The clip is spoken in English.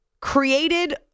created